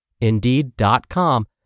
Indeed.com